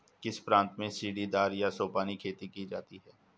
किस प्रांत में सीढ़ीदार या सोपानी खेती की जाती है?